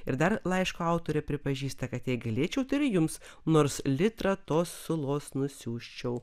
ir dar laiško autorė pripažįsta kad jei galėčiau tai ir jums nors litrą tos sulos nusiųsčiau